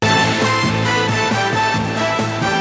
הצעת חוק לתיקון פקודת מסילות הברזל (מס' 7),